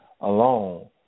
alone